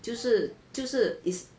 就是就是 it's